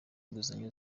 inguzanyo